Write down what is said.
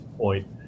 point